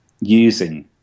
using